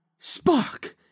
Spock